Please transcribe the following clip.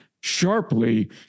sharply